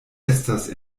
estas